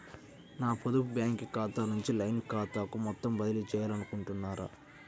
నా పొదుపు బ్యాంకు ఖాతా నుంచి లైన్ ఖాతాకు మొత్తం బదిలీ చేయాలనుకుంటున్నారా?